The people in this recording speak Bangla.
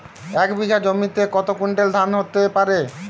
এক বিঘা জমিতে কত কুইন্টাল ধান হতে পারে?